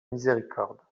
miséricorde